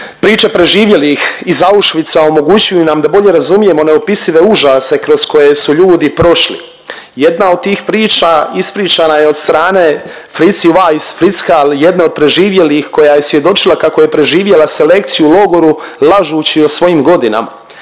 Priče preživjelih iz Auschwitza omogućuju nam da bolje razumijemo neopisive užasne kroz koje su ljudi prošli. Jedna od tih priča ispričana je od strane Fritzie Weiss Fritzshall, jedne od preživjelih koja je svjedočila kako je preživjela selekciju u logoru, lažući o svojim godinama.